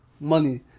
money